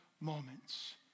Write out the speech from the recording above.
moments